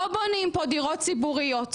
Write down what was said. לא בונים כאן דירות ציבוריות,